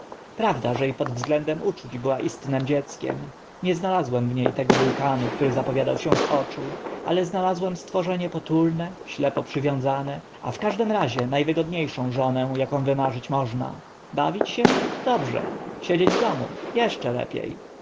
prawda że i pod względem uczuć była istnym dzieckiem nie znalazłem w nie tego wulkanu który zapowiadał się z oczu ale znalazłem stworzenie potulne ślepo przywiązane a w każdym razie na wygodnie szą żonę aką wymarzyć można bawić się dobrze siedzieć w domu jeszcze lepie